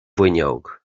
bhfuinneog